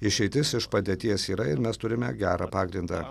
išeitis iš padėties yra ir mes turime gerą pagrindą